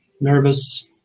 nervous